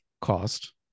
cost